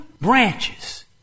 branches